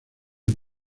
red